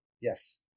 Yes